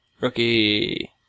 Rookie